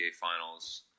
Finals